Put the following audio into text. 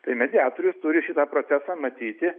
tai mediatorius turi šitą procesą matyti